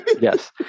Yes